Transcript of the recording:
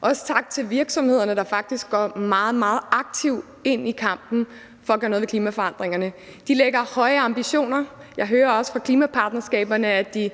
Også tak til virksomhederne, der faktisk går meget, meget aktivt ind i kampen for at gøre noget ved klimaforandringerne. De lægger høje ambitioner. Jeg hører også fra klimapartnerskaberne, at de